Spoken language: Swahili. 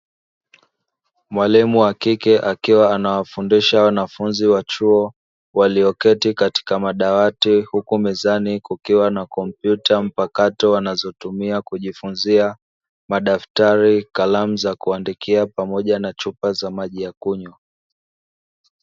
Mwalimu wa kike akiwa anawafundisha wanafunzi wa chuo walioketi katika madawati; huku mezani kukiwa na kompyuta mpakato wanazotumia kujifunza, madaftari, kalamu za kuandikia pamoja na chupa za maji ya kunywa.